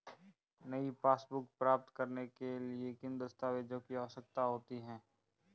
नई पासबुक प्राप्त करने के लिए किन दस्तावेज़ों की आवश्यकता होती है?